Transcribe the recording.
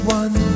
one